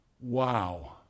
wow